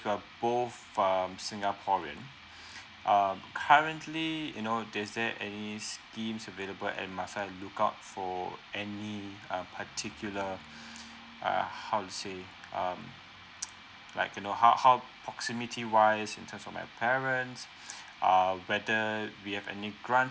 we are both um singaporean uh currently you know does there any schemes available and must I look out for any uh particular uh uh how to say um like you know how how proximity wise in terms of my parents err whether we have any grant